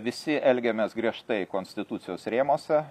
visi elgiamės griežtai konstitucijos rėmuose